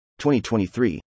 2023